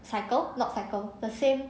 cycle not tackle the same